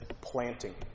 planting